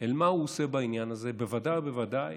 אל מה הוא עושה בעניין הזה, בוודאי ובוודאי